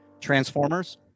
Transformers